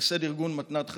מייסד ארגון מתנת חיים.